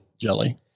jelly